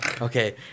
Okay